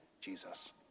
Jesus